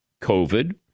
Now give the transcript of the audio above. COVID